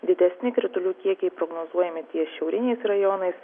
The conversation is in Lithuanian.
didesni kritulių kiekiai prognozuojami ties šiauriniais rajonais